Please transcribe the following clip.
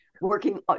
working